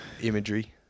imagery